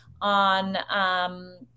on